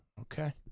okay